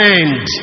end